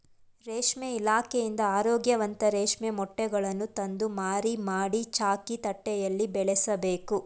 ರೇಷ್ಮೆ ಇಲಾಖೆಯಿಂದ ಆರೋಗ್ಯವಂತ ರೇಷ್ಮೆ ಮೊಟ್ಟೆಗಳನ್ನು ತಂದು ಮರಿ ಮಾಡಿ, ಚಾಕಿ ತಟ್ಟೆಯಲ್ಲಿ ಬೆಳೆಸಬೇಕು